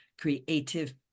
Creative